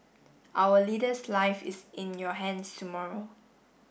our leader's life is in your hands tomorrow